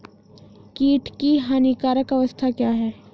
कीट की हानिकारक अवस्था क्या है?